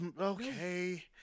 Okay